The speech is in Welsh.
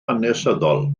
hanesyddol